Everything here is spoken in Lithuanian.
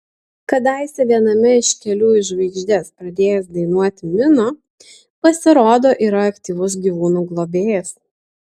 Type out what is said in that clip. kadaise viename iš kelių į žvaigždes pradėjęs dainuoti mino pasirodo yra aktyvus gyvūnų globėjas